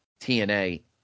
TNA